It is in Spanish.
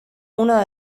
una